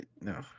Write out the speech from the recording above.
no